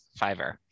Fiverr